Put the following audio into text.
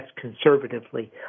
conservatively